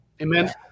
Amen